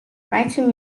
writing